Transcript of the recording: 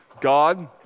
God